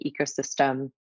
ecosystem